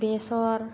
बेसर